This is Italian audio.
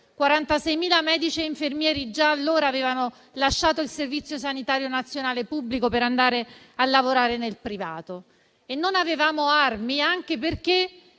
46.000 medici e infermieri già allora avevano lasciato il Servizio sanitario nazionale pubblico per andare a lavorare nel privato e non avevamo armi, anche perché